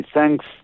Thanks